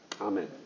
Amen